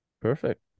Perfect